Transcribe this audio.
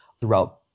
throughout